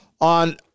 on